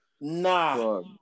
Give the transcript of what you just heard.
Nah